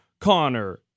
Connor